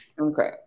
Okay